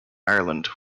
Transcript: ireland